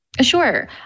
Sure